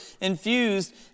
infused